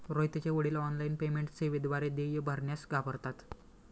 रोहितचे वडील online payment सेवेद्वारे देय भरण्यास घाबरतात